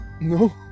No